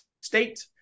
State